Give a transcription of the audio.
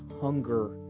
hunger